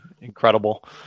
incredible